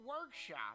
workshop